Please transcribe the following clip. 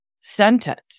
sentence